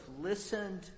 listened